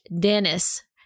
Dennis